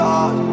God